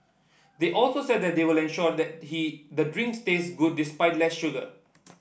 they also said that they will ensure that he the drinks tastes good despite less sugar